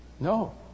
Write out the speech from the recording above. No